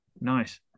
nice